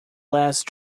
last